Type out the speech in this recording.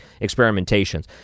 experimentations